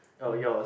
oh yours